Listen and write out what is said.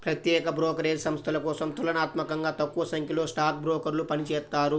ప్రత్యేక బ్రోకరేజ్ సంస్థల కోసం తులనాత్మకంగా తక్కువసంఖ్యలో స్టాక్ బ్రోకర్లు పనిచేత్తారు